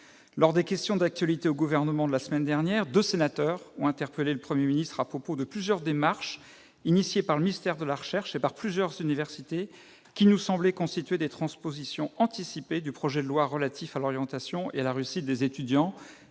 Lors des questions d'actualité au Gouvernement de la semaine dernière, deux sénateurs ont interpellé le Premier ministre à propos de différentes démarches qui, initiées par le ministère de la recherche et plusieurs universités, nous semblaient constituer des transpositions anticipées du projet de loi relatif à l'orientation et à la réussite des étudiants